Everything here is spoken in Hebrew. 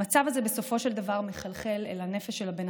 המצב הזה בסופו של דבר מחלחל אל הנפש של הבן